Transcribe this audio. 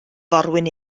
forwyn